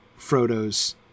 Frodo's